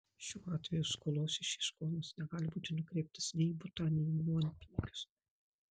šiuo atveju skolos išieškojimas negali būti nukreiptas nei į butą nei į nuompinigius